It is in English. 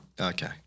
Okay